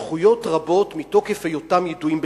זכויות רבות, מתוקף היותם ידועים בציבור.